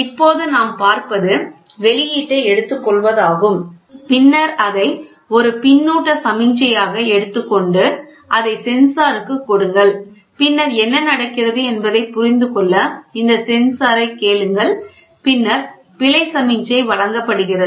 இப்போது நாம் பார்ப்பது வெளியீட்டை எடுத்துக்கொள்வதாகும் பின்னர் அதை ஒரு பின்னூட்ட சமிக்ஞையாக எடுத்துக்கொண்டு அதை சென்சாருக்குக் கொடுங்கள் பின்னர் என்ன நடக்கிறது என்பதைப் புரிந்துகொள்ள இந்த சென்சாரைக் கேளுங்கள் பின்னர் பிழை சமிக்ஞை வழங்கப்படுகிறது